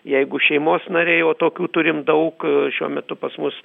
jeigu šeimos nariai o tokių turim daug šiuo metu pas mus